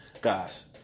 Guys